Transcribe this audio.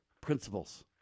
principles